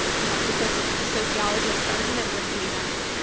you know, the so so the sociologist argument would be then,